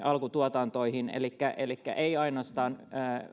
alkutuotantoihin elikkä elikkä ei ainoastaan